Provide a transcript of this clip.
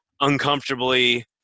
uncomfortably